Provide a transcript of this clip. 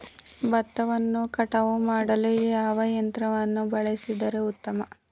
ಭತ್ತವನ್ನು ಕಟಾವು ಮಾಡಲು ಯಾವ ಯಂತ್ರವನ್ನು ಬಳಸಿದರೆ ಉತ್ತಮ?